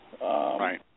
Right